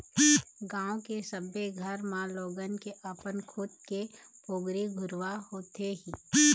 गाँव के सबे घर म लोगन के अपन खुद के पोगरी घुरूवा होथे ही